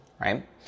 right